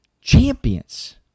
champions